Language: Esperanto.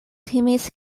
timis